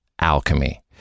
alchemy